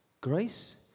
Grace